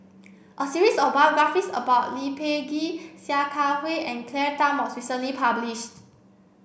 a series of biographies about Lee Peh Gee Sia Kah Hui and Claire Tham was recently published